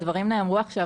הדברים נאמרו עכשיו,